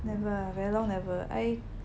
never I very long never I